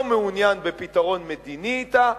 לא מעוניין בפתרון מדיני אתה,